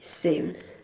same